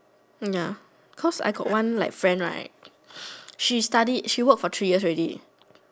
ya cause I got one friend right she study she work for three years already